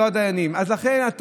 נגד עינויים ולשים לזה סוף